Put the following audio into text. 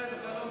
אתה חי בחלום,